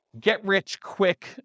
get-rich-quick